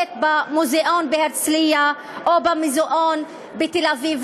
מוצגת במוזיאון בהרצליה או במוזיאון בתל-אביב.